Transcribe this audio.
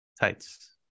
tights